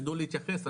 יידעו להתייחס,